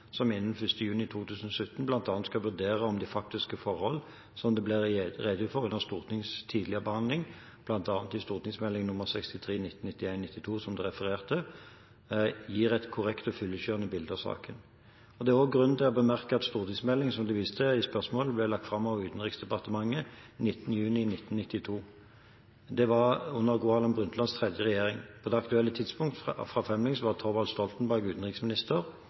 som innen 1. juni 2017 bl.a. skal vurdere om de faktiske forhold som det er blitt redegjort for under Stortingets tidligere behandling, bl.a. i St.meld. nr. 63 for 1991–1992, som det er referert til, gir et korrekt og fyllestgjørende bilde av saken. Det er også grunn til å bemerke at stortingsmeldingen som det vises til i spørsmålet, ble lagt fram av Utenriksdepartementet 19. juni 1992. Det var under Gro Harlem Brundtlands tredje regjering. På det aktuelle tidspunktet for framleggelsen var Thorvald Stoltenberg utenriksminister